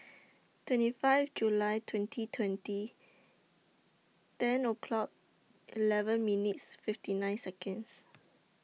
twenty five July twenty twenty ten o'clock eleven minutes fifty nine Seconds